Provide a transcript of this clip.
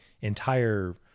entire